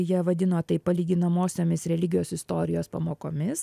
jie vadino tai palyginamosiomis religijos istorijos pamokomis